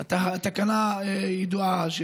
תקנה ידועה,